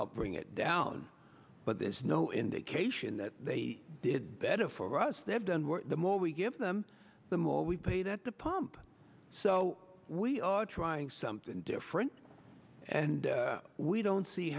help bring it down but there's no indication that they did better for us they have done the more we give them the more we paid at the pump so we are trying something different and we don't see